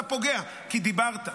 אתה פוגע כי דיברת.